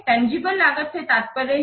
tangible लागत से तात्पर्य है